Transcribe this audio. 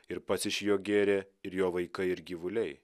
ir pats iš jo gėrė ir jo vaikai ir gyvuliai